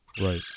Right